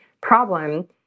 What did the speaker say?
problem